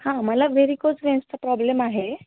हां मला व्हेरीकोज व्हेन्सचा प्रॉब्लेम आहे